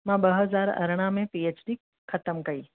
मां ॿ हज़ार अरिड़ाहं में पी एच डी ख़तमु कई